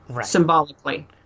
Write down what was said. symbolically